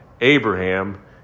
Abraham